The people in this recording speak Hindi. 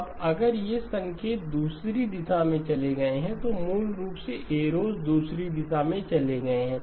अब अगर ये संकेत दूसरी दिशा में चले गए हैं तो मूल रूप से एरोस दूसरी दिशा में चले गए हैं